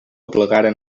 aplegaren